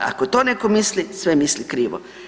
Ako to netko misli sve misli krivo.